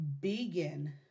begin